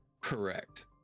Correct